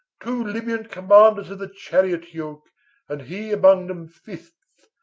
two libyan commanders of the chariot-yoke and he among them fifth,